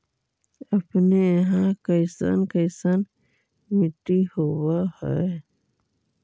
अपने यहाँ कैसन कैसन मिट्टी होब है?